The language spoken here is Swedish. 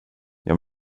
jag